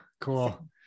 Cool